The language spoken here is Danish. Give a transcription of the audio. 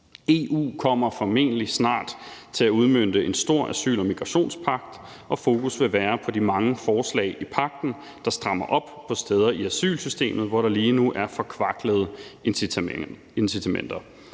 EU kommer formentlig snart til at udmønte en stor asyl- og migrationspagt, og fokus burde være på de mange forslag i pagten, der strammer op på steder i asylsystemet, hvor der lige nu er forkvaklede incitamenter.